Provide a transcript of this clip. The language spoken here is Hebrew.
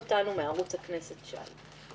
אלה חלק מהשאלות שמאוד מאוד מטרידות אותנו במשרד האוצר.